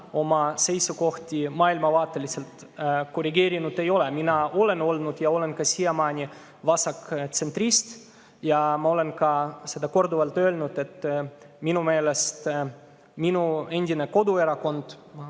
oma seisukohti maailmavaateliselt korrigeerinud ei ole. Mina olen olnud ja olen siiamaani vasaktsentrist. Ma olen seda korduvalt öelnud, et minu meelest minu endine koduerakond –